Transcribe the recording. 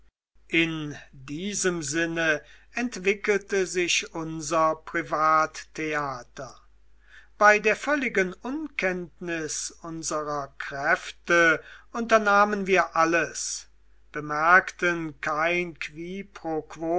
in diesem sinne entwickelte sich unser privattheater bei der völligen unkenntnis unserer kräfte unternahmen wir alles bemerkten kein qui